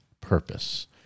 purpose